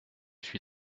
suis